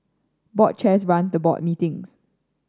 board chairs run the board meetings